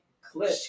clip